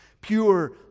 Pure